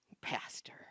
Pastor